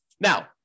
Now